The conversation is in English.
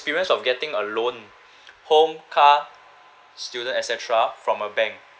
~perience of getting a loan home car student et cetera from a bank